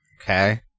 okay